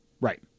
right